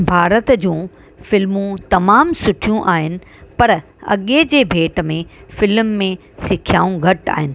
भारत जूं फिल्मूं तमामु सुठियूं आहिनि पर अॻे जे भेट में फिल्म में सिखियाऊं घटि आहिनि